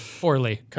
poorly